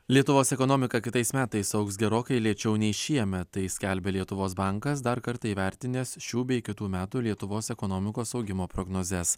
lietuvos ekonomika kitais metais augs gerokai lėčiau nei šiemet tai skelbia lietuvos bankas dar kartą įvertinęs šių bei kitų metų lietuvos ekonomikos augimo prognozes